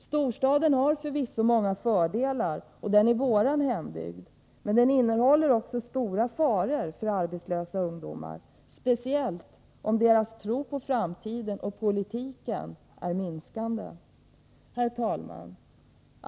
Storstaden har förvisso många fördelar — och den är vår hembygd — men den innehåller också stora faror för arbetslösa ungdomar, speciellt om deras tro på framtiden och på politiken är minskande. Herr talman!